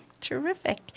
Terrific